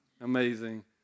Amazing